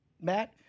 Matt